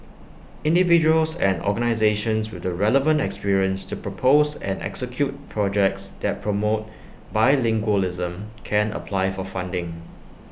individuals and organisations with the relevant experience to propose and execute projects that promote bilingualism can apply for funding